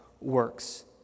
works